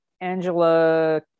angela